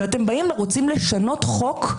ואתם רוצים לשנות חוק?